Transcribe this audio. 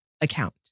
account